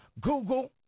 Google